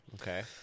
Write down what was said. Okay